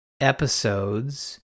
episodes